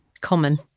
common